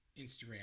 Instagram